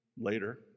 later